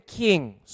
kings